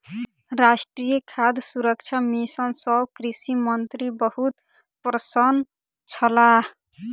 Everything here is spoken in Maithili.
राष्ट्रीय खाद्य सुरक्षा मिशन सँ कृषि मंत्री बहुत प्रसन्न छलाह